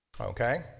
Okay